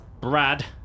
Brad